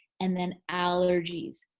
and then allergies.